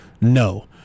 No